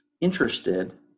interested